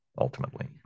ultimately